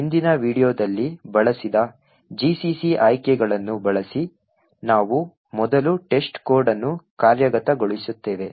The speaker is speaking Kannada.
ಹಿಂದಿನ ವೀಡಿಯೊದಲ್ಲಿ ಬಳಸಿದ gcc ಆಯ್ಕೆಗಳನ್ನು ಬಳಸಿ ನಾವು ಮೊದಲು ಟೆಸ್ಟ್ಕೋಡ್ ಅನ್ನು ಕಾರ್ಯಗತಗೊಳಿಸುತ್ತೇವೆ